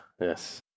Yes